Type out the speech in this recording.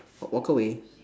wa~ walk away